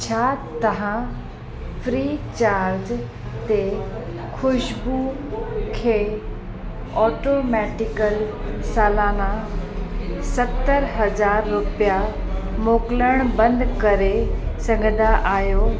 छा तव्हां फ्रीचार्ज ते ख़ुशबू खे ऑटोमेटिकल सालाना सतर हज़ार रुपया मोकिलणु बंदि करे सघंदा आहियो